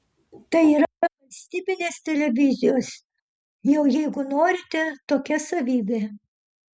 tai yra valstybinės televizijos jau jeigu norite tokia savybė